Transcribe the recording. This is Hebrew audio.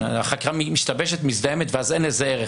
החקירה משתבשת, מזדהמת, ואז אין לזה ערך.